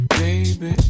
baby